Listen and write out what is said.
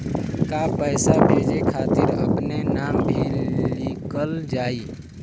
का पैसा भेजे खातिर अपने नाम भी लिकल जाइ?